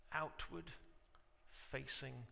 outward-facing